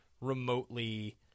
remotely